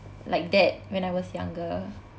like that when I was younger